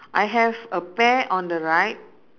I have a pair on the right